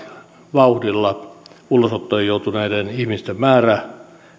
vauhdilla ulosottoon joutuneiden ihmisten määrä